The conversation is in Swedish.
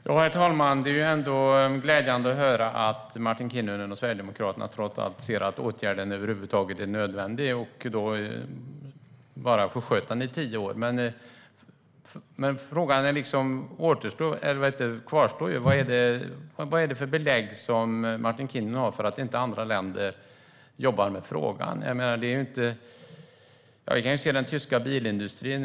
Herr talman! Det är glädjande att höra att Martin Kinnunen och Sverigedemokraterna trots allt ser att åtgärden är nödvändig och bara sköt upp den i tio år. Frågan kvarstår dock: Vad har Martin Kinnunen för belägg för att inte andra länder jobbar med frågan? Vi kan ju se på den tyska bilindustrin.